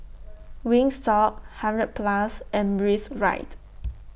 Wingstop hundred Plus and Breathe Right